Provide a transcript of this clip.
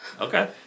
Okay